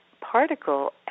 particle